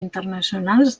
internacionals